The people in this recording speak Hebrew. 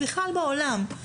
בכלל בעולם,